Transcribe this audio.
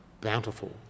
bountiful